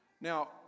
Now